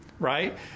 right